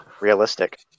realistic